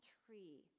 tree